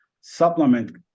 supplement